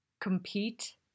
compete